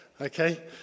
okay